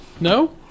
No